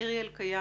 מירי אלקיים,